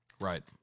Right